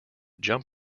jump